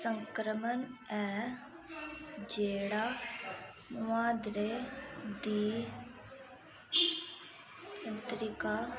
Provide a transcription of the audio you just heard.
संक्रमण ऐ जेह्ड़ा मुहांदरे दी तंत्रिका